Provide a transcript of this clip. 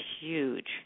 huge